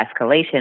escalation